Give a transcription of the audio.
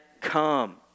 come